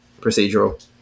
procedural